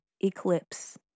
eclipse